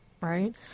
right